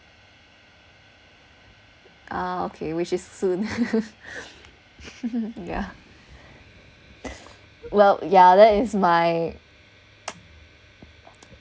ah okay which is soon yeah well yeah that is my